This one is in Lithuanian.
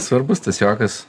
svarbus tas juokas